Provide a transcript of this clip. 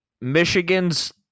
Michigan's